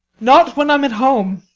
not when i'm at home.